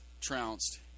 trounced